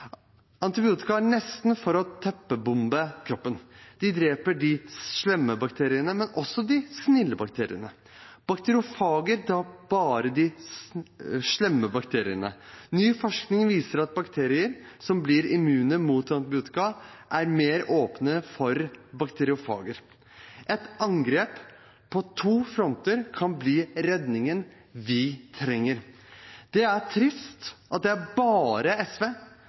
Antibiotika er nesten som å teppebombe kroppen. Det dreper de slemme bakteriene, men også de snille bakteriene. Bakteriofager tar bare de slemme bakteriene. Ny forskning viser at bakterier som blir immune mot antibiotika, er mer åpne for bakteriofager. Et angrep på to fronter kan bli redningen vi trenger. Det er trist at det bare er SV